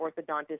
orthodontist